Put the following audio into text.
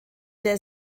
der